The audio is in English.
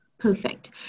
Perfect